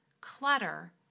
Clutter